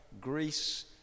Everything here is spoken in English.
Greece